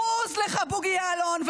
בוז לך, בוגי יעלון.